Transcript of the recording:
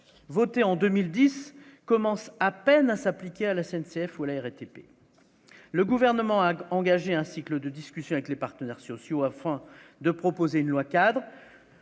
votée en 2010 commence à peine à s'appliquer à la SNCF où l'air, le gouvernement a engagé un cycle de discussions avec les partenaires sur sociaux afin de proposer une loi cadre,